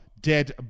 dead